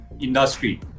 industry